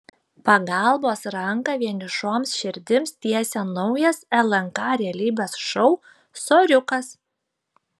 pagalbos ranką vienišoms širdims tiesia naujas lnk realybės šou soriukas